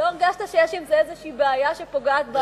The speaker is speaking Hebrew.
ולא הרגשת שיש עם זה איזושהי בעיה שפוגעת,